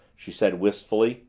she said wistfully.